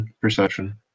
perception